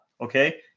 okay